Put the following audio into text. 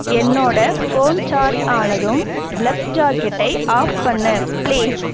என்னோட phone charge ஆனதும் plug ஜாக்கெட்டை ஆஃப் பண்ணு பிளீஸ்